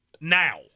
Now